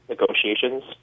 negotiations